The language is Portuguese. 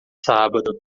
sábado